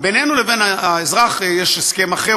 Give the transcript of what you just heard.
בינו לבין האזרח יש הסכם אחר,